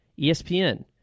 ESPN